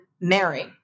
Mary